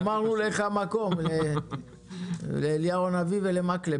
שמרנו לך מקום לאליהו הנביא ולמקלב,